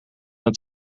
een